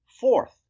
Fourth